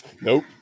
Nope